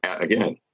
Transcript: again